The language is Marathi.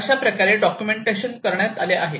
अशाप्रकारे डॉक्युमेंटेशन करण्यात आले आहे